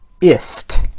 ist